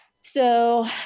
So-